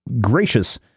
gracious